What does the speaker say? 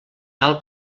tal